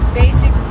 basic